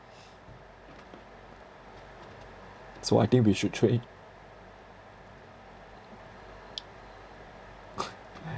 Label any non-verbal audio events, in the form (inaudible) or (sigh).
so I think we should train (laughs)